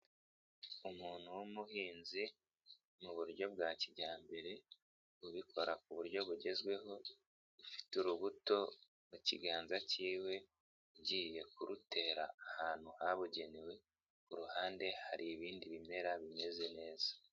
Umuntu w'umuhinzi mu buryo bwa kijyambere, ubikora ku buryo bugezweho, ufite urubuto mu kiganza cy'iwe, ugiye kurutera ahantu habugenewe, ku ruhande hari ibindi bimera bimeze neza.